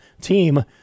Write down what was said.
team